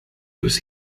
tres